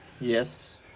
Yes